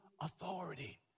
authority